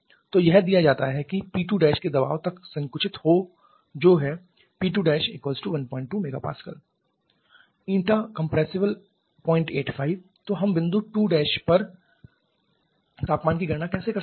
तो यह दिया जाता है कि यह P2' के दबाव तक संकुचित हो जो है P2 12 MPa ηcomp 085 तो हम बिंदु 2' पर तापमान की गणना कैसे कर सकते हैं